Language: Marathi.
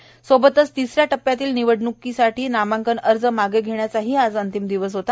यासोबतच तिसऱ्या टप्प्यातील निवडणुकीसाठी नामांकन अर्ज मागं घेण्याचाही आज अंतिम दिवस होता